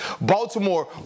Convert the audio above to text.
Baltimore